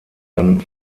dann